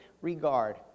regard